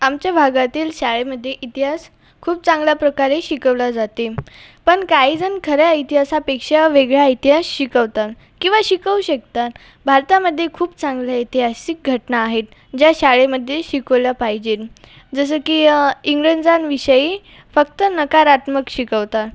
आमच्या भागातील शाळेमध्ये इतिहास खूप चांगल्याप्रकारे शिकवला जाते पण काहीजण खऱ्या इतिहासापेक्षा वेगळा इतिहास शिकवतात किंवा शिकवू शकतात भारतामध्ये खूप चांगल्या ऐतिहासिक घटना आहेत ज्या शाळेमध्ये शिकवल्या पाहिजेत जसं की इंग्रजांविषयी फक्त नकारात्मक शिकवतात